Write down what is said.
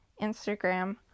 Instagram